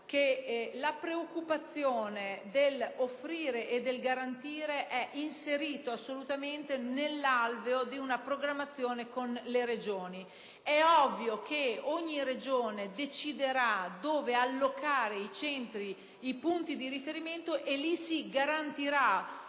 la preoccupazione dell'offrire e del garantire è assolutamente inserita nell'alveo di una programmazione con le Regioni. È ovvio che ogni Regione deciderà dove allocare i punti di riferimento nei quali si garantirà